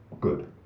good